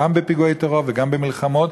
גם בפיגועי טרור וגם במלחמות,